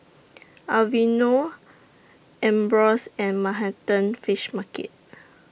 Aveeno Ambros and Manhattan Fish Market